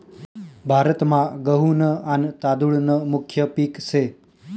भारतमा गहू न आन तादुळ न मुख्य पिक से